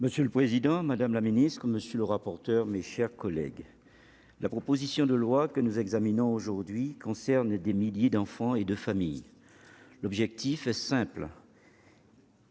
Monsieur le président, madame la secrétaire d'État, mes chers collègues, la proposition de loi que nous examinons aujourd'hui concerne des milliers d'enfants et de familles. L'objectif, sur